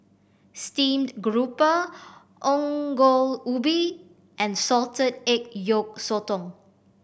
steamed grouper Ongol Ubi and salted egg yolk sotong